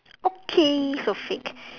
okay so fake